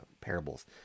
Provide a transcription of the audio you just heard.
parables